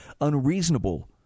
unreasonable